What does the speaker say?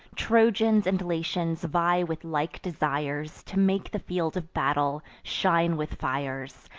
trojans and latians vie with like desires to make the field of battle shine with fires,